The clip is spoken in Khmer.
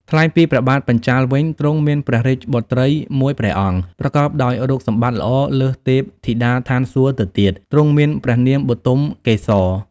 ថ្លែងពីព្រះបាទបញ្ចាល៍វិញ ទ្រង់មានព្រះរាជបុត្រីមួយព្រះអង្គប្រកបដោយរូបសម្បត្តិល្អលើសទេពធីតាឋានសួគ៌ទៅទៀត ទ្រង់មានព្រះនាមបុទមកេសរ។